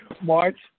March